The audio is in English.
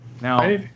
Now